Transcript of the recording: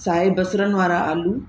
साए बसरनि वारा आलू